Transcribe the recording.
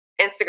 Instagram